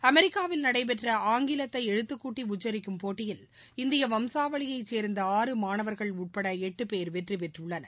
அமெரிக்காவில் நடைபெற்ற ஆங்கிலத்தைஎழுத்துக்கூட்டிஉச்சரிக்கும் போட்டயில் இந்தியவம்சாவளியைச் சேர்ந்த ஆறு மாணவர்கள் உட்படஎட்டுபோ் வெற்றிபெற்றுள்ளனர்